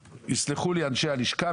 יסלחו לי אנשי לשכת עורכי הדין,